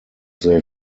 they